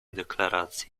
deklaracji